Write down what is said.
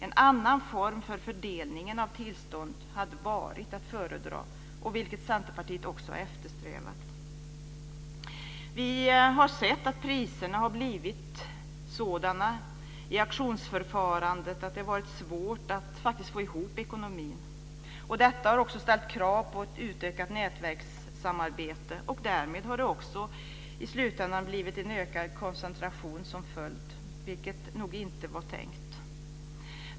En annan form för fördelningen av tillstånd hade varit att föredra, vilket Centerpartiet också har eftersträvat. Vi har sett att priserna blivit sådana i auktionsförfarandet att det faktiskt har blivit svårt att få ekonomin att gå ihop. Detta har också ställt krav på ett utökat nätverkssamarbete. Därmed har i slutändan också en ökad koncentration blivit följden, vilket nog inte var tänkt.